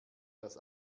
das